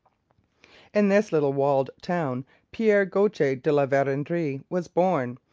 in this little walled town pierre gaultier de la verendrye was born,